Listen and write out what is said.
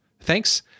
Thanks